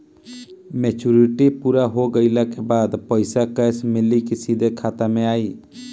Maturity पूरा हो गइला के बाद पईसा कैश मिली की सीधे खाता में आई?